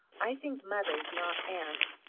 i think mothers, not aunts,